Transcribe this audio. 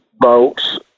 bolts